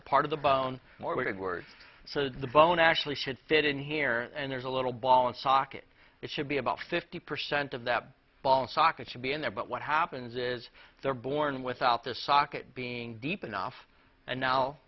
a part of the bone more woodward so the bone actually should fit in here and there's a little ball and socket it should be about fifty percent of that ball and socket should be in there but what happens is they're born without the socket being deep enough and now